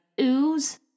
ooze